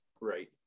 right